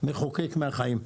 מחוקק מהחיים.